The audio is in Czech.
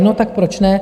No tak proč ne?